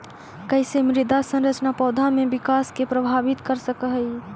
कईसे मृदा संरचना पौधा में विकास के प्रभावित कर सक हई?